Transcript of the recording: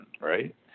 right